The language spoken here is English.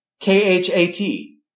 K-H-A-T